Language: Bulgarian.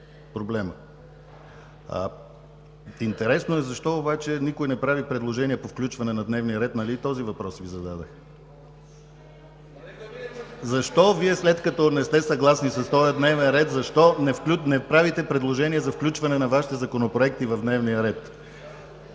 място. Интересно е защо никой не прави предложение по включване на дневния ред. Нали и този въпрос Ви зададох? Вие, след като не сте съгласни с този дневен ред, защо не правите предложение за включване на Вашите законопроекти в дневния ред?